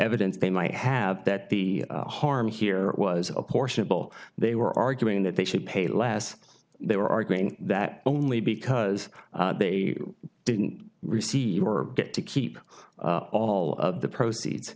evidence they might have that the harm here was a portion of all they were arguing that they should pay less they were arguing that only because they didn't receive or get to keep up all of the proceeds